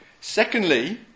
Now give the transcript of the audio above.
Secondly